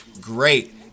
Great